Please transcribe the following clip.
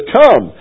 come